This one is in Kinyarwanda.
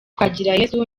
twagirayezu